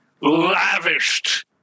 lavished